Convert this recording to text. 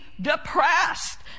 depressed